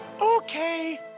okay